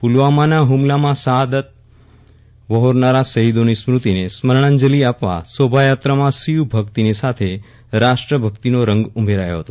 પુલવામાના હુમલામાં શહાદત વહોરનારા શહીદોની સ્મૃતિને સ્મરણાંજલિ આપવા શોભાયાત્રામાં શિવ ભક્તિની સાથે રાષ્ટ્ર ભક્તિનો રંગ ઉમેરાયો હતો